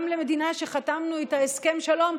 גם למדינה שחתמנו איתה הסכם שלום,